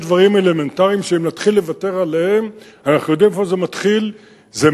יש דברים אלמנטריים שאם נתחיל לוותר עליהם,